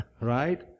right